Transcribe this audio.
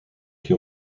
qui